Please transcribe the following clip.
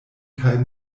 kaj